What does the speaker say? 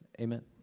amen